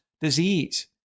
disease